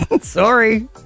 Sorry